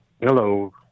Hello